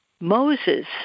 Moses